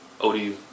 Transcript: ODU